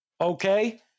Okay